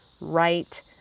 right